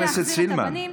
חבר הכנסת סילמן.